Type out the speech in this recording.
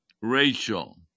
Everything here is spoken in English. Rachel